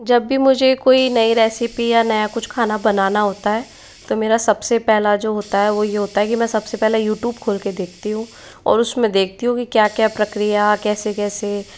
जब भी मुझे कोई नई रेसिपी या नया कुछ खाना बनाना होता है तो मेरा सबसे पहला जो होता है वो ये होता है कि मैं सबसे पहले यूट्यूब खोल के देखती हूँ और उसमे देखती हूँ कि क्या क्या प्रक्रिया कैसे कैसे